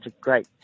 great